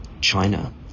China